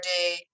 day